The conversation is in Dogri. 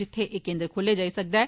जित्थै एह् केन्द्र खोलेआ जाई सकदा ऐ